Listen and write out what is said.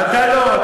אתה לא,